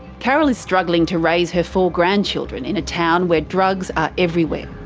carol is struggling to raise her four grandchildren in a town where drugs are everywhere.